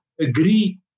agree